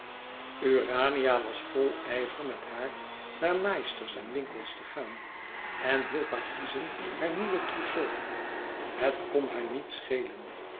urania was vol ijver met haar naar naaisters en winkels te gaan en hielp haar kiezen haar nieuwen trousseau het kon haar niet schelen